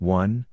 one